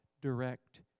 direct